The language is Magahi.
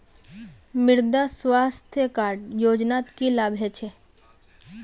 मृदा स्वास्थ्य कार्ड योजनात की लाभ ह छेक